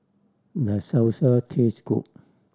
does Salsa taste good